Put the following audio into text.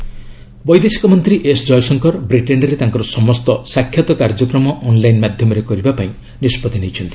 Jaishankar covid ବୈଦେଶିକ ମନ୍ତ୍ରୀ S Jaishankar ବିଟେନ୍ରେ ତାଙ୍କର ସମସ୍ତ ସାକ୍ଷାତ କାର୍ଯ୍ୟକ୍ରମ ଅନ୍ଲାଇନ୍ ମାଧ୍ୟମରେ କରିବା ପାଇଁ ନିଷ୍ପଭି ନେଇଛନ୍ତି